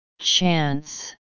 Chance